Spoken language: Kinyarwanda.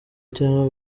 cyangwa